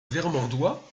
vermandois